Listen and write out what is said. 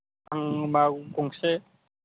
आं होमब्ला गंसे